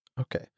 Okay